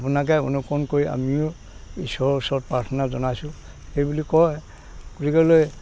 আপোনাকে অনুসৰণ কৰি আমিও ইশ্বৰৰ ওচৰত প্ৰাৰ্থনা জনাইছোঁ সেইবুলি কয় বুলি ক'লে